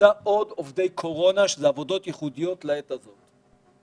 נמצא עוד עובדי קורונה בעבודות ייחודיות לעת הזו.